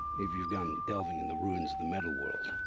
if you've gone delving in the ruins of the metal world.